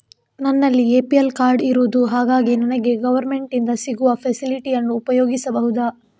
ನನ್ನಲ್ಲಿ APL card ಇರುದು ಹಾಗಾಗಿ ನನಗೆ ಗವರ್ನಮೆಂಟ್ ಇಂದ ಸಿಗುವ ಫೆಸಿಲಿಟಿ ಅನ್ನು ಉಪಯೋಗಿಸಬಹುದಾ?